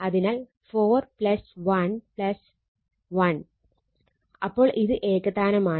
അതിനാൽ 4 1 1 അപ്പോൾ ഇത് ഏകതാനമാണ്